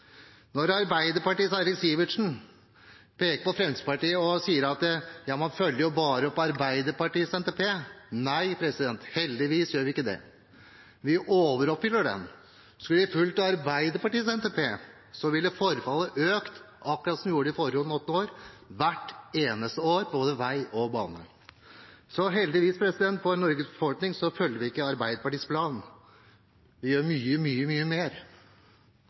Når Arbeiderpartiets Eirik Sivertsen peker på Fremskrittspartiet og sier at man bare følger opp Arbeiderpartiets NTP, sier jeg: Nei, heldigvis gjør vi ikke det. Vi overoppfyller den. Skulle vi fulgt Arbeiderpartiets NTP, ville forfallet økt – akkurat som det gjorde i de foregående åtte årene – hvert eneste år på både vei og bane. Så heldigvis, for Norges befolkning, følger vi ikke Arbeiderpartiets plan. Vi gjør mye, mye mer.